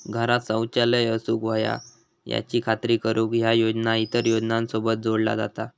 घरांत शौचालय असूक व्हया याची खात्री करुक ह्या योजना इतर योजनांसोबत जोडला जाता